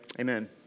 amen